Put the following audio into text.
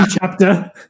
chapter